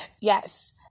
Yes